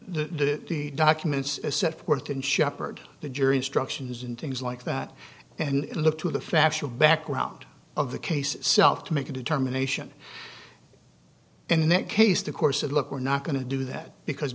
the documents as set forth in shepherd the jury instructions and things like that and look to the factual background of the case itself to make a determination in that case the course and look we're not going to do that because